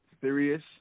serious